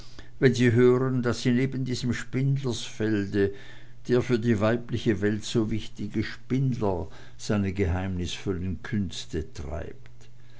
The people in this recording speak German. wenn sie hören daß in eben diesem spindlersfelde der für die weibliche welt so wichtige spindler seine geheimnisvollen künste treibt